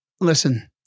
Listen